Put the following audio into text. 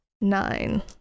nine